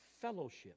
fellowship